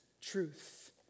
truth